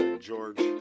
George